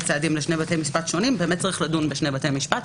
סעדים לשני בתי משפט שונים יש לדון בשני בתי משפט.